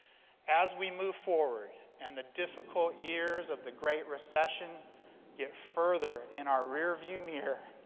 as we move forward and the difficult years of the great recession get further in our rear view mirror,